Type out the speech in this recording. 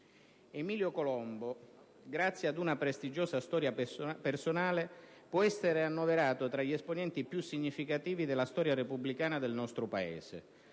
Emilio Colombo, grazie ad una prestigiosa storia personale, può essere annoverato tra gli esponenti più significativi della storia repubblicana del nostro Paese.